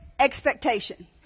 expectation